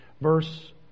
Verse